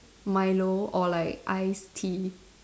Milo or like iced tea